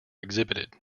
exhibited